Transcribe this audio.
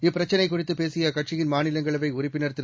இப்பிரச்சினை குறித்து பேசிய அக்கட்சியின் மாநிலங்களவை உறுப்பினர் திரு